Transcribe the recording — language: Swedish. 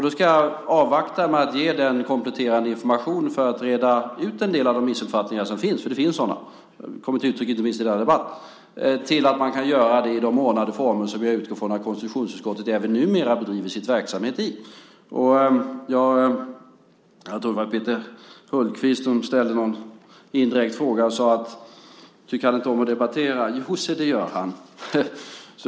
Då ska jag avvakta med att ge den kompletterande informationen för att reda ut en del av de missuppfattningar som finns - för det finns sådana, det har kommit till uttryck inte minst i denna debatt - tills man kan göra det i de ordnade former som jag utgår från att konstitutionsutskottet även numera bedriver sin verksamhet i. Jag tror att det var Peter Hultqvist som ställde en indirekt fråga och sade: Tycker han inte om att debattera? Jo, se det gör han.